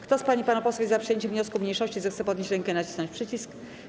Kto z pań i panów posłów jest za przyjęciem wniosku mniejszości, zechce podnieść rękę i nacisnąć przycisk.